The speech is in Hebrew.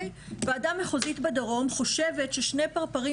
הוועדה המחוזית בדרום חושבת ששני פרפרים